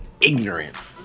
ignorant